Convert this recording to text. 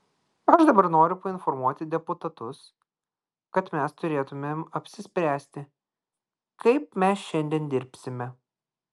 aš dabar noriu painformuoti deputatus kad mes turėtumėm apsispręsti kaip mes šiandien dirbsime